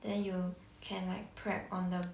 then you can like prep on the